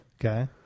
Okay